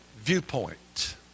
viewpoint